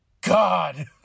God